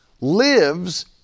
lives